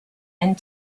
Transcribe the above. and